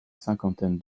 cinquantaine